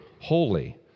holy